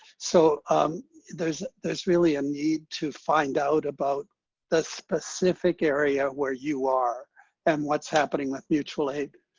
so um there's there's really a need to find out about the specific area where you are and what's happening with mutual aid.